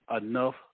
enough